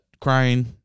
Crying